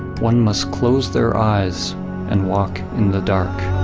one must close their eyes and walk in the dark.